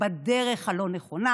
בדרך הלא-נכונה,